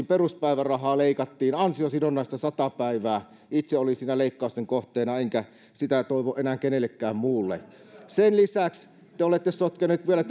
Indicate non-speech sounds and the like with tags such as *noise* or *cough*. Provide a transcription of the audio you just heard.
*unintelligible* peruspäivärahaa leikattiin ansiosidonnaista sata päivää itse olin siinä leikkausten kohteena enkä sitä toivo enää kenellekään muulle sen lisäksi te olette sotkeneet vielä *unintelligible*